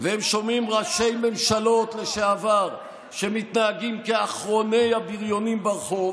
והם שומעים ראשי ממשלות לשעבר שמתנהגים כאחרוני הבריונים ברחוב,